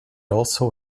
also